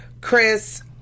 Chris